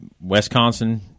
Wisconsin